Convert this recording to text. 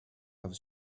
have